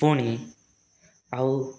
ପୁଣି ଆଉ